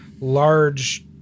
large